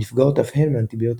הנפגעות אף הן מאנטיביוטיקה.